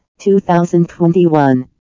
2021